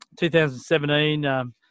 2017